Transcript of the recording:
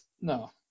No